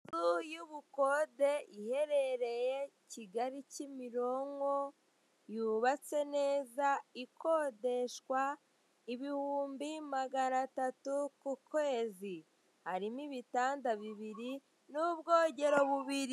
Inzu y'ubukode iherereye Kigali Kimironko, yubatse neza, ikodeshwa ibihumbi magana atatu ku kwezi. Harimo ibitanda bibiri, n'ubwogero bubiri.